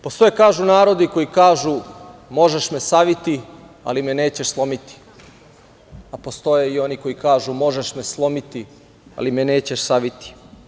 Postoje kažu, narodi koji kažu – možeš me saviti, ali me nećeš slomiti, a postoje i oni koji kažu – možeš me slomiti, ali me nećeš saviti.